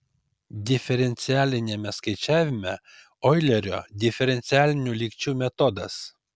diferencialiniame skaičiavime oilerio diferencialinių lygčių metodas